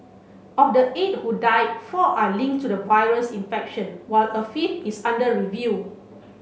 of the eight who died four are linked to the virus infection while a fifth is under review